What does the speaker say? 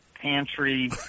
pantry